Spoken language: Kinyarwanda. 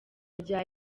rya